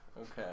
Okay